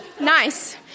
Nice